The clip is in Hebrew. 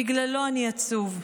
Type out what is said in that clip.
בגללו אני עצוב.